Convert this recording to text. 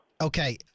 Okay